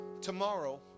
Tomorrow